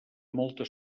molta